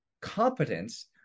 competence